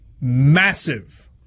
massive